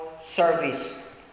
service